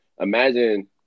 imagine